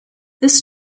this